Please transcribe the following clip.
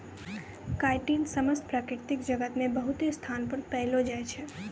chitin समस्त प्रकृति जगत मे बहुते स्थानो पर पैलो जाय छै